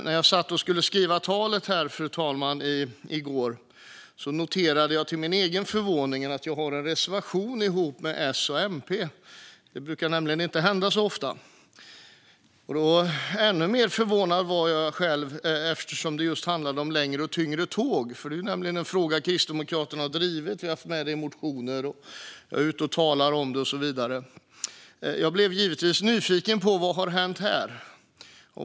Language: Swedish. När jag skulle skriva detta tal i går, fru talman, noterade jag till min förvåning att jag har en reservation ihop med S och MP. Det brukar nämligen inte hända så ofta. Ännu mer förvånad var jag eftersom det just handlade om längre och tyngre tåg. Det är nämligen en fråga som Kristdemokraterna har drivit. Vi har haft med detta i motioner. Jag är ute och talar om det och så vidare. Jag blev givetvis nyfiken: Vad har hänt här?